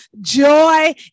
joy